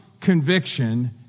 conviction